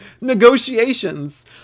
negotiations